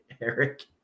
Eric